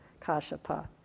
Kashapa